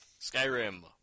Skyrim